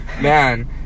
man